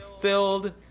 filled